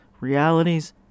realities